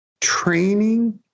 training